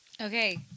Okay